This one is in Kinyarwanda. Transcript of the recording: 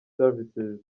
services